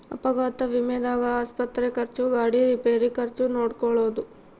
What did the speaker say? ಅಪಘಾತ ವಿಮೆದಾಗ ಆಸ್ಪತ್ರೆ ಖರ್ಚು ಗಾಡಿ ರಿಪೇರಿ ಖರ್ಚು ನೋಡ್ಕೊಳೊದು